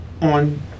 on